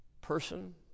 person